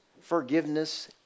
forgiveness